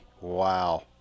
Wow